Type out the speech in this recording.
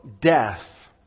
death